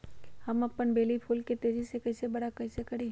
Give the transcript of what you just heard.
हम अपन बेली फुल के तेज़ी से बरा कईसे करी?